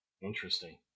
Interesting